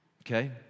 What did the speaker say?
Okay